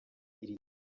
iri